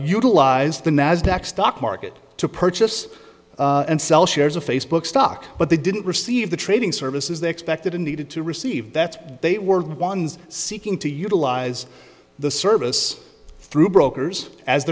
tilize the nasdaq stock market to purchase and sell shares of facebook stock but they didn't receive the trading services they expected a needed to receive that they were the ones seeking to utilize the service through brokers as